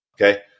Okay